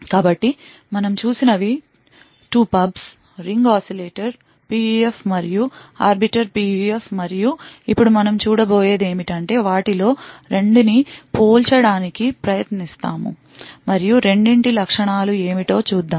కాబట్టి మనం చూసినవి 2 pubs రింగ్ oscillator PUF మరియు ఆర్బిటర్ PUF మరియు ఇప్పుడు మనం చూడబోయేది ఏమిటంటే వాటిలో 2 ని పోల్చడానికి ప్రయత్నిస్తాము మరియు రెండింటి లక్షణాలు ఏమిటో చూద్దాం